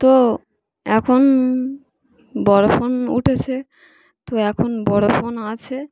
তো এখন বড় ফোন উঠেছে তো এখন বড় ফোন আছে